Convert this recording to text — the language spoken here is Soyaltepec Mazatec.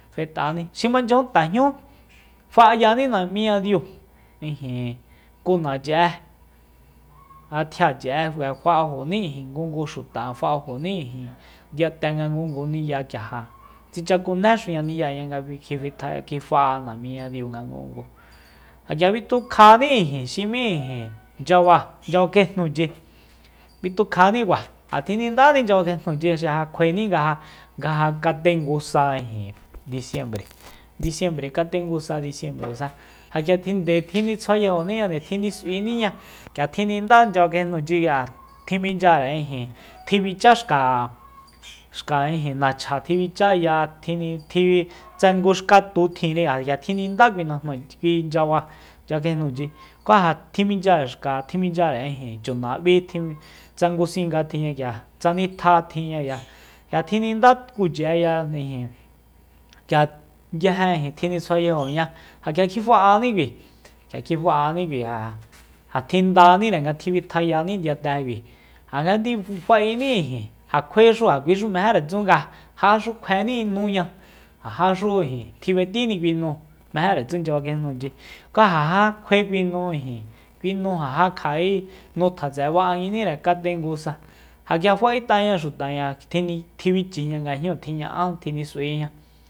Fet'ani xi ma nchajun tajñú fa'ayani namiñadiu ijin kunachi'e ja tjiachi'e fa'ajoni ngungu xuta fa'ajoní ndiyate nga ngungu ni'ya k'ia ja tsichakunéxuña ni'yaña nga kibitjaje kjifa'a namiñadiu nga ngungu ja k'ia bitukjani xi m'í ijin nchyaba nchyaba kjuenuchi kuitukjanikua ja tjinidáni nchyaba kjuenuchi xi ja kjuaeni ngaja- nga ja katengu sa ijin disiembre- disiembre katengu sa disiembresa nde tjinitsjuayajoniña nde tjinis'uiniña k'ia tjininda nchyaba kjuenuchi k'ia tjiminchyare ijin tjibicha xka- xka ijin nachja tjibichaya tjini tji tsa ngu xka tu tjinri ja k'ia tjinindá kui najmíi kui nchyaba- nchaba kjuenuchi ku ja tjiminchyare xka tjiminchyare ijin chunab'í tjim tsa ngu singa tjinñaya tsa nitja tinñaya k'ia tjininda tkuchi'eya ijin k'ia nguije tjinitsjuayajoñá ja k'ia kjifa'ani kui ja kjifanikui ja- ja tjindanire nga tjibitjani ndiyate kui ja nga ndi fa'eni ijin ja kjuaexu ja kui xu mejere tsu nga ja jaxu kjueni nuña ja xu tjib'etíni kui nu mejere tsu nchyaba kjuenuchi ku ja jakjuae kui nu ijin kui nuja ja kja'e nu tjatse ba'anguinire katengu sa ja k'ia fa'e't'aña xuta k'ia tjini- tjibichiña nga jñu tjiña'a tjinis'uiña